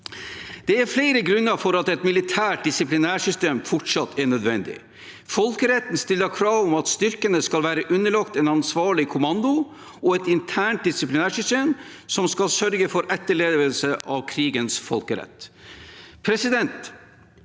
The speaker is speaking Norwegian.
Det er flere grunner til at et militært disiplinærsystem fortsatt er nødvendig. Folkeretten stiller krav om at styrkene skal være underlagt en ansvarlig kommando og et internt disiplinærsystem som skal sørge for etterlevelse av krigens folkerett. Den